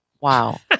Wow